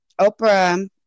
Oprah